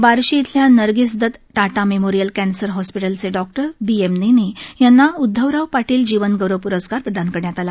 बार्शी इथल्या Nargis Dutt Tata memorial cancer हॉस्पिटलचे doctor B M Nene यांना उदधवराव पाटील जीवनगौरव प्रस्कार प्रदान करण्यात आला